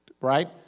right